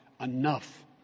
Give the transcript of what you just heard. enough